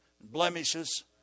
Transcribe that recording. blemishes